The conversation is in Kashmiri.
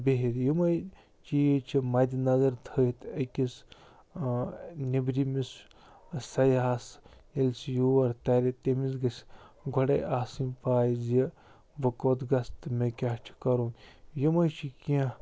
بِہِتھ یِمَے چیٖز چھِ مَدِنظر تھٲوِتھ أکِس نیٚبرِمِس سیاہس ییٚلہِ سُہ یور تَرِ تٔمِس گٔژھِ گۄڈَے آسٕنۍ پَے زِ بہٕ کوٚت گَژھٕ تہٕ مےٚ کیٛاہ چھُ کَرُن یَمَے چھِ کیٚنٛہہ